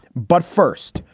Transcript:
but first,